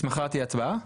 אז מחר תהיה הצבעה?